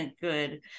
Good